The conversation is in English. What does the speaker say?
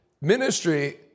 Ministry